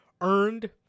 earned